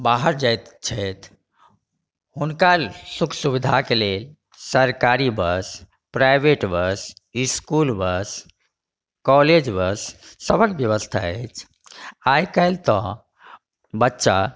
बाहर जाइत छथि हुनका सुख सुविधाके लेल सरकारी bus private bus school bus college bus सभक व्यवस्था अछि आई काल्हि तऽ बच्चा